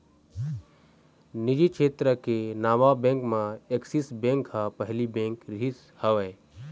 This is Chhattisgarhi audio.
निजी छेत्र के नावा बेंक म ऐक्सिस बेंक ह पहिली बेंक रिहिस हवय